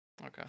okay